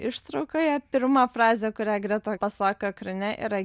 ištraukoje pirma frazė kurią greta pasaką ekrane yra